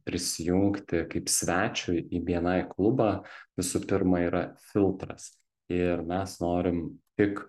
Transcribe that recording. prisijungti kaip svečiui į bni klubą visų pirma yra filtras ir mes norim tik